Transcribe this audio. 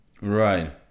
Right